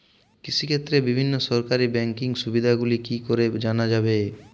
কৃষিক্ষেত্রে বিভিন্ন সরকারি ব্যকিং সুবিধাগুলি কি করে জানা যাবে?